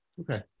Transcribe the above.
Okay